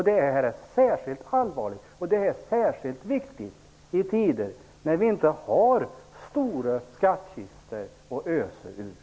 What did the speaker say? Detta är skärskilt allvarligt och viktigt i en tid när vi inte har stora skattkistor att ösa ur.